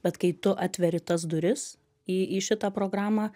bet kai tu atveri tas duris į į šitą programą